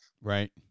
Right